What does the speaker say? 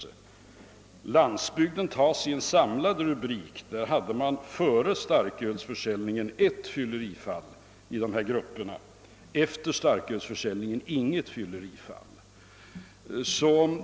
På landsbygden, tagen under en samlad rubrik, fanns före starkölsförsäljningen ett fyllerifall i dessa grupper. Efter starkölsförsäljningens införande hade man inget fall.